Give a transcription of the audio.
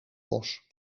bos